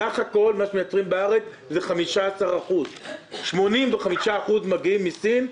בסך הכול מייצרים בארץ 15%. 85% מגיעים מסין.